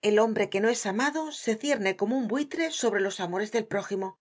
el hombre que no es amado se cierne como un buitre sobre los amores del prógimo